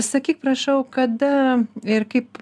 sakyk prašau kada ir kaip